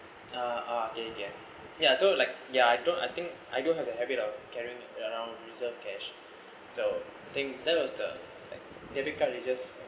ah ah okay then ya so like ya I don't I think I don't have the habit of carrying around reserve cash so I think that was the debit card you just